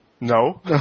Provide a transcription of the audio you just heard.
No